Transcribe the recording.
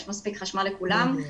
יש מספיק חשמל לכולם.